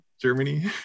Germany